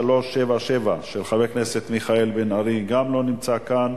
1377, של חבר הכנסת מיכאל בן-ארי, גם לא נמצא כאן.